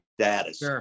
status